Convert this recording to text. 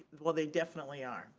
well they definitely are.